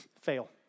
fail